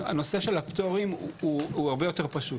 הנושא של הפטורים הוא הרבה יותר פשוט.